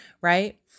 right